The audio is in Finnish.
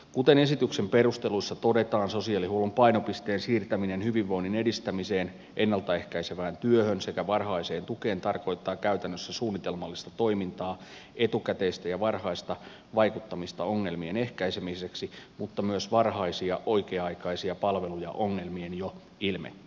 kuten esityksen perusteluissa todetaan sosiaalihuollon painopisteen siirtäminen hyvinvoinnin edistämiseen ennalta ehkäisevään työhön sekä varhaiseen tukeen tarkoittaa käytännössä suunnitelmallista toimintaa etukäteistä ja varhaista vaikuttamista ongelmien ehkäisemiseksi mutta myös varhaisia oikea aikaisia palveluja ongelmien jo ilmettyä